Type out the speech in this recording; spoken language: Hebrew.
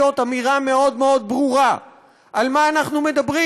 אמירה מאוד מאוד ברורה על מה אנחנו מדברים: